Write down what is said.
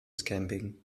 camping